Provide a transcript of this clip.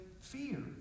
fear